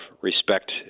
respect